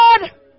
God